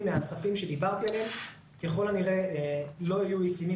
מהספים שדיברתי עליהם ככל הנראה לא יהיו ישימים